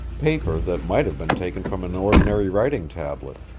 paper that might have been taken from an ordinary writing tablet.